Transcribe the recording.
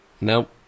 Nope